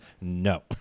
no